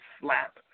slap